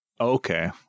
Okay